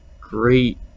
great